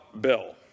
bill